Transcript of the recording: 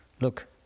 Look